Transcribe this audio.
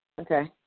Okay